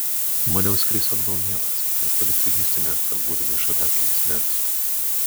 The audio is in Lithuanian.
maniau skrisiu atgal vienas nes tu liksi hjustone kad būtumei šalia kai jis mirs